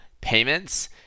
payments